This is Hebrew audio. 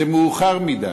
זה מאוחר מדי.